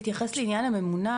רק להתייחס לעניין הממונה,